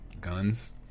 Guns